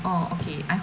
oh okay I